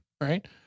Right